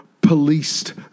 policed